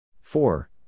Four